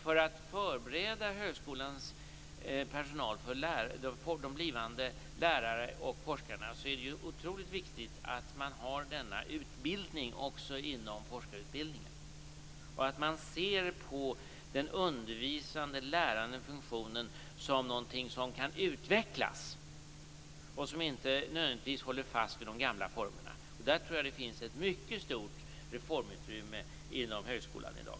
För att förbereda högskolans personal, de blivande lärarna och forskarna, är det otroligt viktigt att denna utbildning finns också inom forskarutbildningen. Det är också viktigt att man ser på den undervisande och lärande funktionen som något som kan utvecklas, och som inte nödvändigtvis håller fast vid de gamla formerna. Här tror jag att det finns ett mycket stort reformutrymme inom högskolan i dag.